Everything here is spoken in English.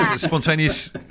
spontaneous